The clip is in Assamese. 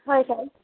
হয় ছাৰ